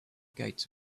gates